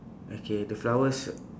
okay the flowers